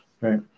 right